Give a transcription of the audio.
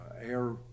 air